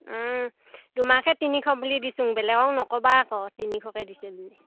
তোমাকহে তিনিশ বুলি দিছোঁ বেলেগক নক'বা আকৌ তিনিশকৈ দিছে বুলি